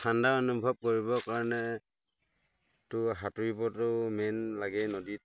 ঠাণ্ডা অনুভৱ কৰিবৰ কাৰণেতো সাঁতোৰিবতো মেইন লাগেই নদীত